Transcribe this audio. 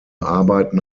arbeiten